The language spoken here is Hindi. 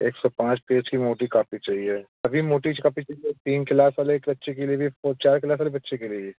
एक सौ पाँच पेज की मोटी कॉपी चाहिए सभी मोटी कॉपी फिर वो तीन क्लास वाले की बच्चे की भी और चार क्लास वाले बच्चे के लिए भी